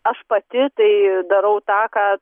aš pati tai darau tą ką